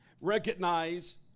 Recognize